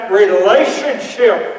relationship